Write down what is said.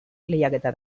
lehiaketa